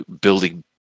building